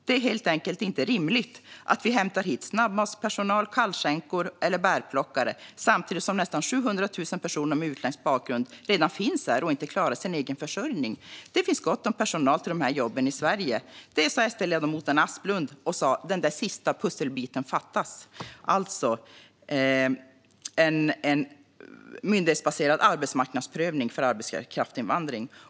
Det är helt enkelt inte rimligt att vi hämtar hit snabbmatspersonal, kallskänkor eller bärplockare samtidigt som nästan 700 000 personer med utländsk bakgrund redan finns här och inte klarar sin egen försörjning. Det finns gott om personal till de här jobben i Sverige." Det sa ledamoten Aspling. Den där sista pusselbiten fattades, alltså en myndighetsbaserad arbetsmarknadsprövning för arbetskraftsinvandring.